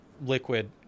liquid